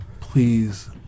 Please